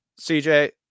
CJ